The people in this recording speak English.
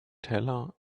teller